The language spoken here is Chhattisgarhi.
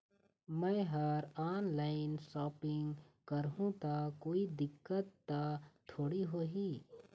मैं हर ऑनलाइन शॉपिंग करू ता कोई दिक्कत त थोड़ी होही?